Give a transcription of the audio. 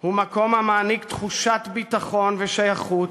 הוא מקום המעניק תחושת ביטחון ושייכות,